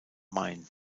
main